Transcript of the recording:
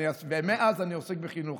ומאז אני עוסק בחינוך,